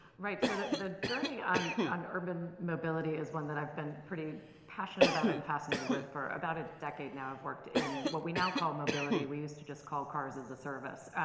right, so the journey on on urban mobility, is one that i've been pretty passionate about and fascinated with for, about a decade now. i've worked in what we now call mobility we used to just call cars as a service.